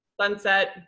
sunset